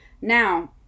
Now